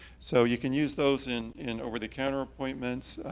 so you can use those in in over the counter appointments.